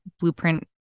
blueprint